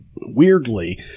weirdly